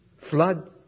Flood